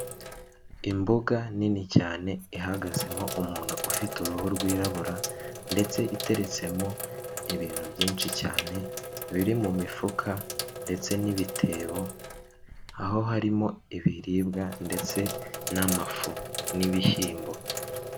Imbuga nini cyane ihagazemo umuntu ufite uruhu rwirabura ndetse iteretsemo ibintu byinshi cyane biri mu mifuka, ndetse n'ibitebo aho harimo ibiribwa ndetse n'amafu n'ibishyimbo.